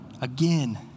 again